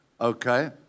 Okay